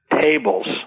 tables